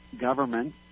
government